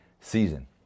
season